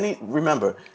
Remember